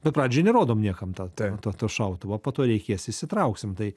bet pradžioj nerodom niekam tą to to šautuvo po to reikės įšsitrauksim tai